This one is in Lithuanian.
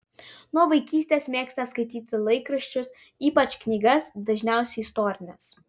nuo vaikystės mėgsta skaityti laikraščius ypač knygas dažniausiai istorines